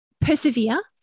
persevere